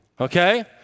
Okay